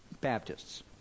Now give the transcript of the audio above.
Baptists